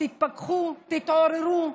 תתפכחו, תתעוררו.